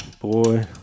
boy